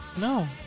No